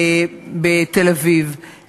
בתל-אביב,